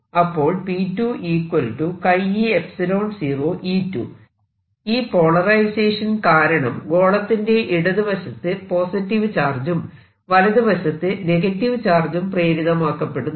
അപ്പോൾ ഈ പോളറൈസേഷൻ കാരണം ഗോളത്തിന്റെ ഇടതുവശത്ത് പോസിറ്റീവ് ചാർജും വലതുവശത്ത് നെഗറ്റീവ് ചാർജും പ്രേരിതമാക്കപ്പെടുന്നു